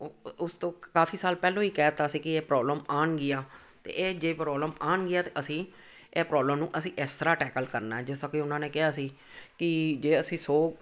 ਉਪ ਉਸ ਤੋਂ ਕਾਫ਼ੀ ਸਾਲ ਪਹਿਲਾਂ ਹੀ ਕਹਿ ਦਿੱਤਾ ਸੀ ਕਿ ਇਹ ਪ੍ਰੋਬਲਮ ਆਉਣਗੀਆਂ ਅਤੇ ਇਹ ਜੇ ਪ੍ਰੋਬਲਮ ਆਉਣਗੀਆਂ ਅਤੇ ਅਸੀਂ ਇਹ ਪ੍ਰੋਬਲਮ ਨੂੰ ਅਸੀਂ ਇਸ ਤਰ੍ਹਾਂ ਟੈਕਲ ਕਰਨਾ ਜਿਸ ਤਰ੍ਹਾਂ ਕਿ ਉਹਨਾਂ ਨੇ ਕਿਹਾ ਸੀ ਕਿ ਜੇ ਅਸੀਂ ਸੌ